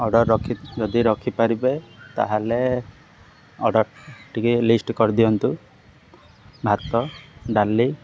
order ରଖି ଯଦି ରଖିପାରିବେ ତାହେଲେ ଅର୍ଡ଼ର ଟିକେ ଲିଷ୍ଟ କରିଦିଅନ୍ତୁ ଭାତ ଡାଲି